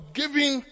giving